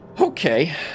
Okay